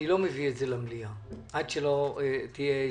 אני לא מביא את זה למליאה עד שלא תהיה הסכמה.